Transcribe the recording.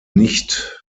nicht